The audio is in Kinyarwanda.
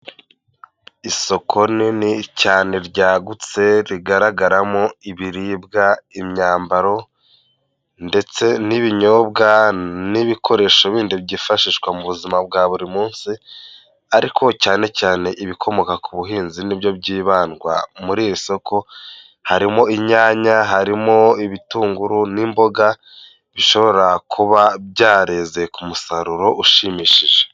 Isoko nini cyane ryagutse rigaragaramo ibiribwa, imyambaro ndetse n'ibinyobwa n'ibikoresho bindi byifashishwa mu buzima bwa buri munsi, ariko cyane cyane ibikomoka ku buhinzi nibyo byibandwa muri iri soko, harimo inyanya, harimo ibitunguru n'imboga, bishobora kuba byareze ku musaruro ushimishije.